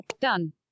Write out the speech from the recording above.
Done